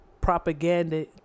propaganda